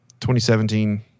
2017